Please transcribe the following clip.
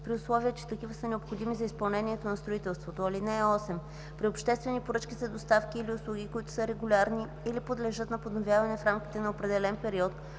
при условие че такива са необходими за изпълнението на строителството. (8) При обществени поръчки за доставки или услуги, които са регулярни или подлежат на подновяване в рамките на определен период,